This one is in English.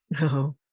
No